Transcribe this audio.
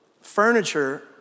furniture